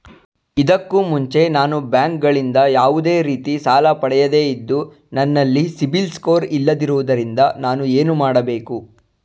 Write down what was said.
ಇದಕ್ಕೂ ಮುಂಚೆ ನಾನು ಬ್ಯಾಂಕ್ ಗಳಿಂದ ಯಾವುದೇ ರೀತಿ ಸಾಲ ಪಡೆಯದೇ ಇದ್ದು, ನನಲ್ಲಿ ಸಿಬಿಲ್ ಸ್ಕೋರ್ ಇಲ್ಲದಿರುವುದರಿಂದ ನಾನು ಏನು ಮಾಡಬೇಕು?